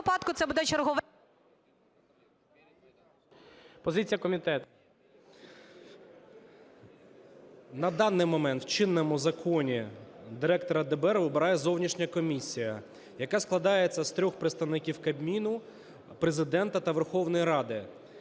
На даний момент в чинному законі директора ДБР обирає зовнішня комісія, яка складається з трьох представників Кабміну, Президента та Верховної Ради.